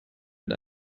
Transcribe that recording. mit